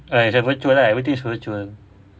ah it's a virtual ah everything is virtual